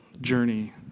journey